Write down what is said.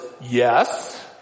yes